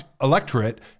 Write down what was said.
electorate